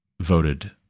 voted